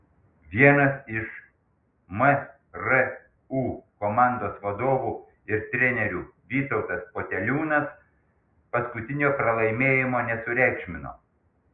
vienas iš mru komandos vadovų ir trenerių vytautas poteliūnas paskutinio pralaimėjimo nesureikšmino